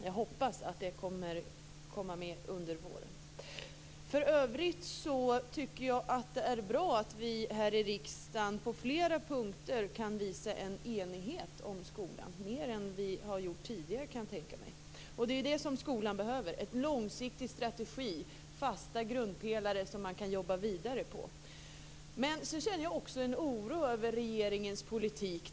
Jag hoppas att det skall komma med under våren. För övrigt tycker jag att det är bra att vi här i riksdagen på flera punkter kan visa en enighet om skolan, mer än vi har gjort tidigare, kan jag tänka mig. Det är det som skolan behöver, en långsiktig strategi, en fast grundpelare som man kan jobba vidare på. Men så känner jag också en oro över regeringens politik.